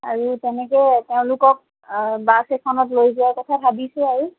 আৰু তেনেকৈ তেওঁলোকক বাছ এখনত লৈ যোৱাৰ কথা ভাবিছোঁ আৰু